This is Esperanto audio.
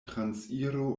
transiro